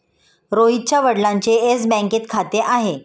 रोहितच्या वडिलांचे येस बँकेत खाते आहे